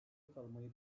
kalmayı